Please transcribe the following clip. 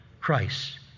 Christ